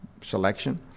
selection